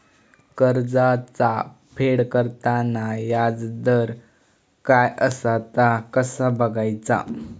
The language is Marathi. कर्जाचा फेड करताना याजदर काय असा ता कसा बगायचा?